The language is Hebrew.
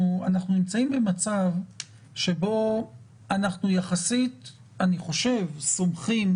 אנחנו נמצאים במצב שבו אנחנו יחסית סומכים